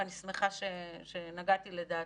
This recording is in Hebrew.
ואני שמחה שנגעתי לדעתך.